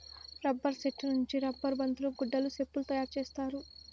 rubber సెట్టు నుంచి rubber బంతులు గుడ్డలు సెప్పులు తయారు చేత్తారు